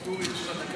הסתייגות 6 לא